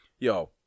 Yo